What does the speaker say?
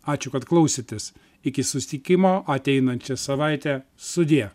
ačiū kad klausėtės iki susitikimo ateinančią savaitę sudie